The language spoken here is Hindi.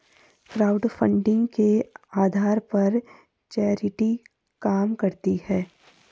क्राउडफंडिंग के आधार पर चैरिटी काम करती है